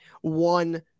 one